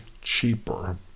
cheaper